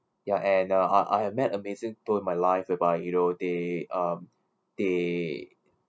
yeah and uh I I have met amazing people in my life whereby you know they um they